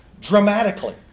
dramatically